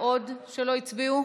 עוד שלא הצביעו?